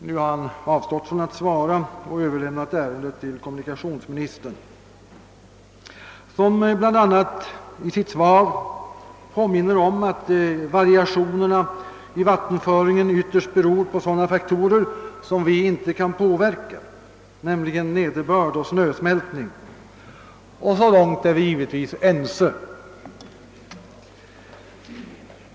Nu har han avstått från att svara och överlämnat ärendet till kommunikationsministern, som bl.a. i sitt svar påminner om att variationerna i vattenföringen ytterst beror på sådana faktorer, som vi inte kan på verka, nämligen nederbörd och snösmältning. Så långt är vi givetvis ense.